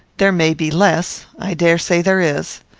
there may be less. i dare say there is.